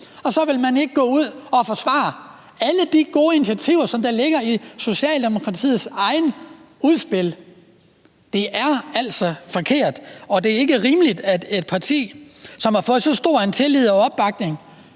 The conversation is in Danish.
Så vil man ikke gå ud og forsvare alle de gode initiativer, der ligger i Socialdemokratiets egne udspil. Det er altså forkert, og det er ikke rimeligt, at et parti, som er blevet vist så stor tillid og fået